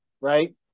right